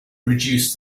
reduce